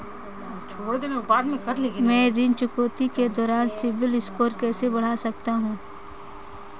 मैं ऋण चुकौती के दौरान सिबिल स्कोर कैसे बढ़ा सकता हूं?